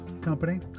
company